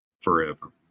forever